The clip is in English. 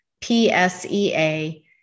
PSEA